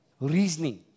Reasoning